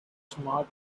smart